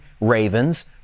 Ravens